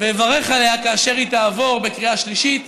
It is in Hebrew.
ואברך עליה כאשר היא תעבור בקריאה שלישית.